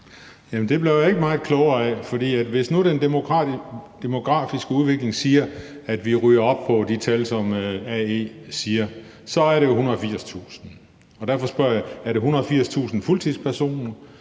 (EL): Det blev jeg ikke meget klogere af, for hvis nu den demografiske udvikling siger, at vi ryger op på de tal, som AE siger, så er det jo 180.000, og derfor spørger jeg: Er det 180.000 fuldtidspersoner?